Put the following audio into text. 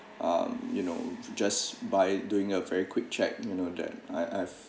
um you know just by doing a very quick check you know that I have